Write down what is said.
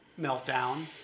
meltdown